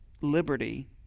liberty